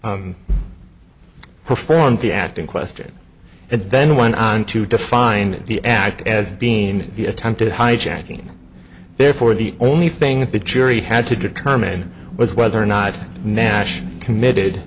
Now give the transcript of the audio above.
nash performed the act in question and then went on to define the act as being the attempted hijacking therefore the only thing that the jury had to determine was whether or not nash committed